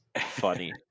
funny